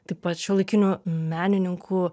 taip pat šiuolaikinių menininkų